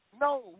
No